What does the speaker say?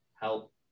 help